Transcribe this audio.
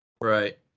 Right